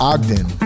Ogden